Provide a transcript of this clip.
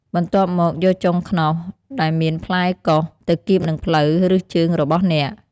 បន្ទាប់មក យកចុងខ្នោសដែលមានផ្លែកោស ទៅគៀបនឹងភ្លៅ ឬជើងរបស់អ្នក។